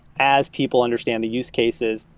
as people understand the use cases,